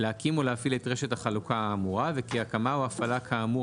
להקים או להפעיל את רשת החלוקה האמורה וכי הקמה או הפעלה כאמור